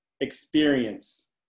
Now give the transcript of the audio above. experience